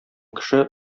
кеше